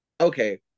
Okay